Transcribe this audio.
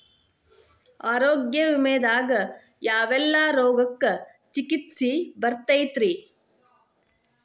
ಆರೋಗ್ಯ ವಿಮೆದಾಗ ಯಾವೆಲ್ಲ ರೋಗಕ್ಕ ಚಿಕಿತ್ಸಿ ಬರ್ತೈತ್ರಿ?